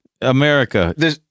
America